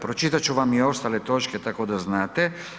Pročitat ću vam i ostale točke tako da znate.